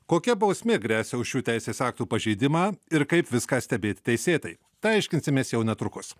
kokia bausmė gresia už šių teisės aktų pažeidimą ir kaip viską stebėti teisėtai tai aiškinsimės jau netrukus